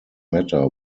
matter